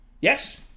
Yes